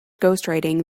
ghostwriting